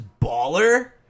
baller